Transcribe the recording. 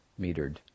metered